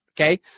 okay